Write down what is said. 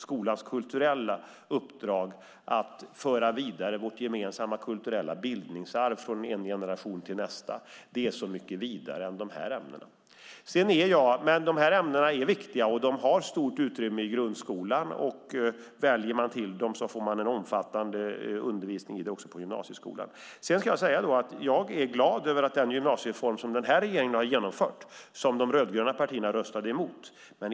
Skolans kulturella uppdrag att föra vårt gemensamma kulturella bildningsarv vidare från en generation till nästa är så mycket bredare än de här ämnena. De estetiska ämnena är viktiga, och de har stort utrymme i grundskolan. Om man väljer till dem får man en omfattande undervisning i dem också på gymnasieskolan. Jag är glad över den gymnasiereform som den här regeringen har genomfört, som de rödgröna partierna röstade emot.